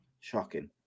shocking